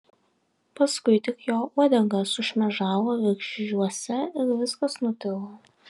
paskui tik jo uodega sušmėžavo viržiuose ir viskas nutilo